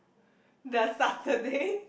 the Saturday